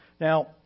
Now